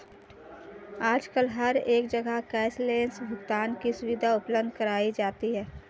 आजकल हर एक जगह कैश लैस भुगतान की सुविधा उपलब्ध कराई जाती है